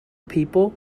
people